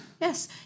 Yes